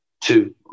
two